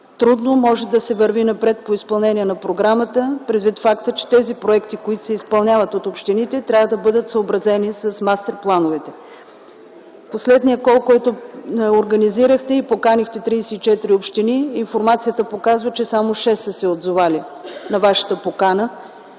трудно може да се върви напред по изпълнение на програмата, предвид факта, че тези проекти, които се изпълняват от общините трябва да бъдат съобразени с тях. Информацията за последния call, който организирахте и поканихте 34 общини, показа, че само шест са се отзовали на Вашата покана.